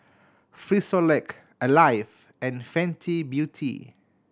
Frisolac Alive and Fenty Beauty